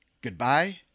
Goodbye